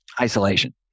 isolation